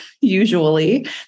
usually